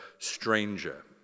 stranger